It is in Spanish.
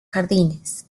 jardines